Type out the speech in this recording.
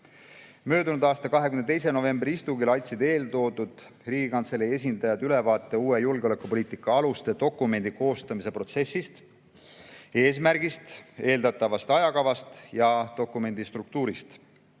Möödunud aasta 22. novembri istungil andsid need Riigikantselei esindajad ülevaate uue julgeolekupoliitika aluste dokumendi koostamise protsessist, eesmärgist, eeldatavast ajakavast ja dokumendi struktuurist.